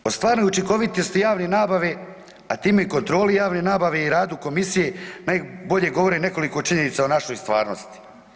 O stvarnoj učinkovitosti javne nabave, a time i kontroli javne nabave i radu komisije najbolje govori nekoliko činjenica u našoj stvarnosti.